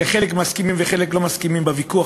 שחלקם מסכימים וחלקם לא מסכימים בוויכוח